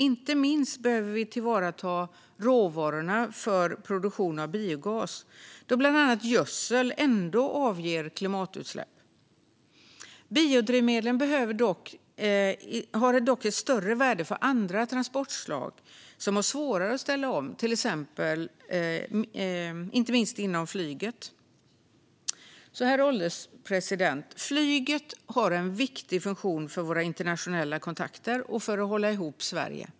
Inte minst behöver vi tillvarata råvarorna för produktion av biogas, då bland annat gödsel ändå avger klimatutsläpp. Biodrivmedlen har dock ett större värde för andra transportslag som har svårare att ställa om, inte minst inom flyget. Herr ålderspresident! Flyget har en viktig funktion för våra internationella kontakter och för att hålla ihop Sverige.